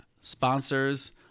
sponsors